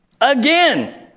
again